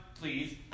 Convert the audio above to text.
please